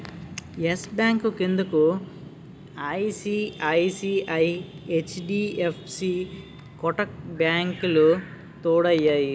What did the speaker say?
yes bank క్రిందకు ICICI, HDFC Kotak బ్యాంకులు తోడయ్యాయి